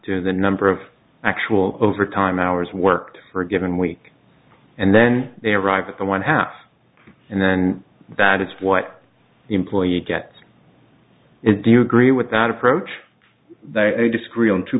to the number of actual overtime hours worked for a given week and then they arrive at the one half and then that is what the employer gets it's do you agree with that approach t